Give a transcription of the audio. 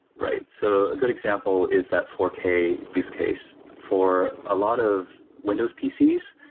right. so a good example is that four k use case. for a lot of windows pcs,